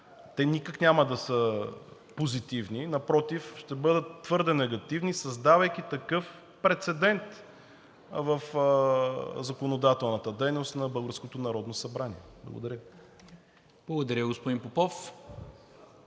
Те никак няма да са позитивни, напротив, ще бъдат твърде негативни, създавайки такъв прецедент в законодателната дейност на българското Народно